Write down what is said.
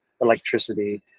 electricity